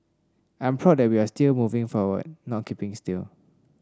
I am proud that we are still moving forward not keeping still